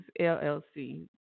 LLC